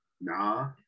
Nah